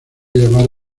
llamar